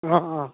অ অ